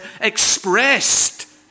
expressed